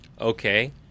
Okay